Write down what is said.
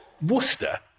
Worcester